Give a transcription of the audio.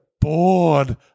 Bored